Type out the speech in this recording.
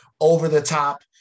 over-the-top